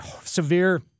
severe